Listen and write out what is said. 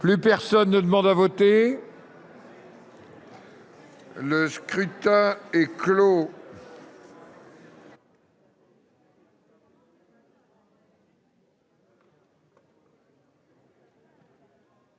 Plus personne ne demande à voter ?... Le scrutin est clos.